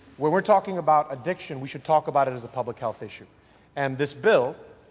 we're we're talking about addiction we should talk about it as a public health issue and this bill,